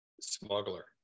smuggler